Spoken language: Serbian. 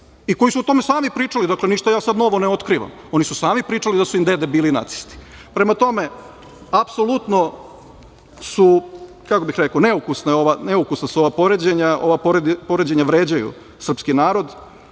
i koji su o tome sami pričali. Dakle, ništa ja sada novo ne otkrivam. Oni su sami pričali da su im dede bili nacisti. Prema tome, apsolutno su neukusna ova poređenja. Ova poređenja vređaju srpski narod,